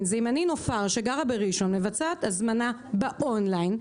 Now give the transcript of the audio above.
באונליין שאם אני נופר שגרה בראשון מבצעת הזמנה באונליין,